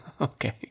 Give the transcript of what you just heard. Okay